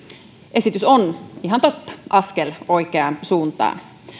esitys on ihan totta askel oikeaan suuntaan